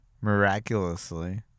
miraculously